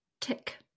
tick